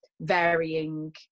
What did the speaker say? varying